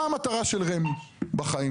מה המטרה של רמ"י בחיים?